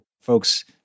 folks